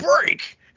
break